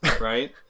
right